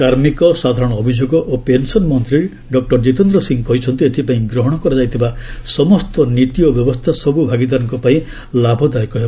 କାର୍ମୀକ ସାଧାରଣ ଅଭିଯୋଗ ଓ ପେନ୍ସନ ମନ୍ତ୍ରୀ ଡକୁର କିତେନ୍ଦ୍ର ସିଂହ କହିଛନ୍ତି ଏଥିପାଇଁ ଗ୍ରହଣ କରାଯାଇଥିବା ସମସ୍ତ ନୀତି ଓ ବ୍ୟବସ୍ଥା ସବୁ ଭାଗିଦାରଙ୍କ ପାଇଁ ଲାଭଦାୟକ ହେବ